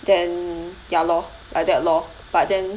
then ya lor like that lor but then